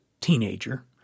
teenager